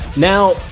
Now